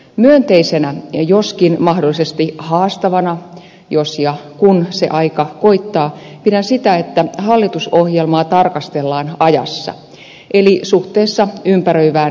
myönteisenä joskin mahdollisesti haastavana jos ja kun se aika koittaa pidän sitä että hallitusohjelmaa tarkastellaan ajassa eli suhteessa ympäröivään yhteiskuntaan